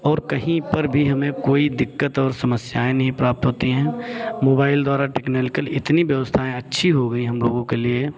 अब और कहीं पर भी हमें कोई दिक्कत और समस्याएँ नहीं प्राप्त होती हैं मोबाइल द्वारा टेक्निकल इतनी व्यवस्थाएं अच्छी हो गई हम लोगों के लिए